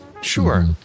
sure